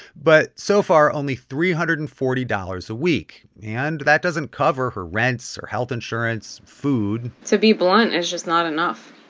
but so far, only three hundred and forty dollars a week. and that doesn't cover her rents, her health insurance, food to be blunt, it's just not enough.